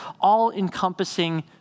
all-encompassing